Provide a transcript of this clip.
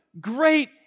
great